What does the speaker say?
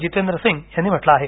जितेंद्र सिंग यांनी म्हटलं आहे